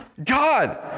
God